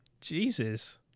Jesus